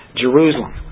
Jerusalem